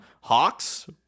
Hawks